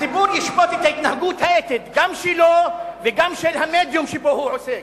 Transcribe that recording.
הציבור ישפוט את ההתנהגות האתית גם שלו וגם של המדיום שבו הוא עוסק.